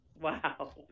Wow